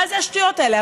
מה זה השטויות האלה?